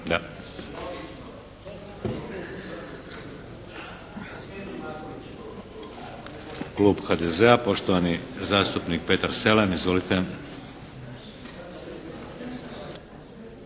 Klub HDZ-a, poštovani zastupnik Petar Selem. Izvolite!